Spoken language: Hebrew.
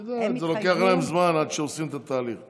את יודעת, לוקח להם זמן עד שעושים את התהליך.